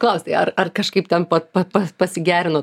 klaus tai ar ar kažkaip ten pat pa pas pasigerino